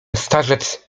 starzec